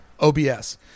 OBS